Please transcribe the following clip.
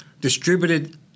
distributed